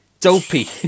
Dopey